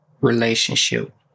relationship